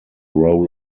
role